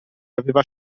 aveva